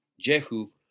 Jehu